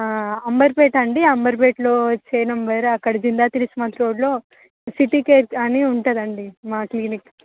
అంబర్పేట అండి అంబర్పేటలో చే నంబర్ అక్కడ జిందా తిలిస్మాల్ రోడ్లో సిటీ కేర్ అని ఉంటుంది అండి మా క్లినిక్